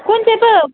कुन चैँ पो